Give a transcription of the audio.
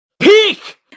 peak